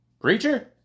Preacher